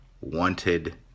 wanted